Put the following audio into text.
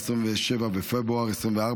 27 בפברואר 2024,